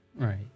right